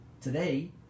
Today